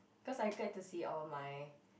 cause I get to see all my